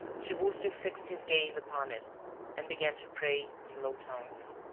tiburcio fixed his gaze upon it and began to pray in low tones.